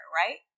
right